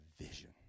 vision